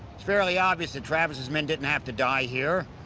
it's fairly obvious that travis's men didn't have to die here.